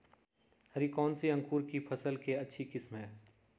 हरी कौन सी अंकुर की फसल के अच्छी किस्म है?